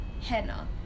henna